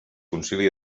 concili